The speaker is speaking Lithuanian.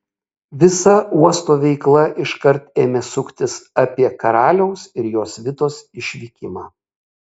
visa uosto veikla iškart ėmė suktis apie karaliaus ir jo svitos išvykimą